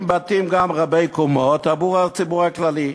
גם בתים רבי-קומות עבור הציבור הכללי.